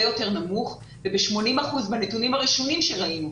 יותר נמוך וב-80 אחוזים בנתונים הראשונים שראינו,